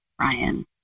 Ryan